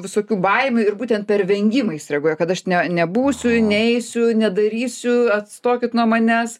visokių baimių ir būtent per vengimą jis reaguoja kad aš ne nebūsiu neisiu nedarysiu atstokit nuo manęs